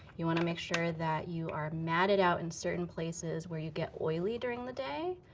you want to make sure that you are matted out in certain places where you get oily during the day.